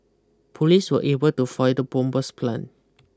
police were able to foil the bomber's plan